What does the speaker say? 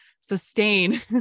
sustain